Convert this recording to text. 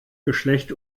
geschlecht